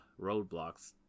roadblocks